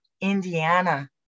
Indiana